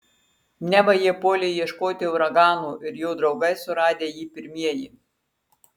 neva jie puolę ieškoti uragano ir jo draugai suradę jį pirmieji